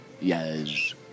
Yes